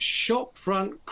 shopfront